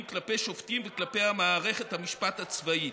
כלפי שופטים וכלפי מערכת המשפט הצבאית.